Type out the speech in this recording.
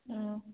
ꯎꯝ